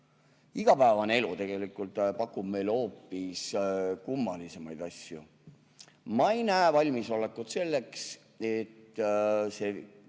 Igapäevane elu tegelikult pakub meile hoopis kummalisemaid asju. Ma ei näe valmisolekut. Sellest